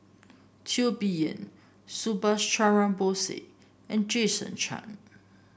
Teo Bee Yen Subhas Chandra Bose and Jason Chan